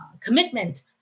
commitment